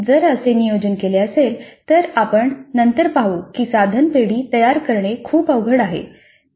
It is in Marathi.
तथापि जर असे नियोजन केले असेल तर आपण नंतर पाहू की साधन पेढी तयार करणे खूप अवघड आहे